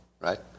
right